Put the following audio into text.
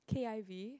k_i_v